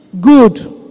good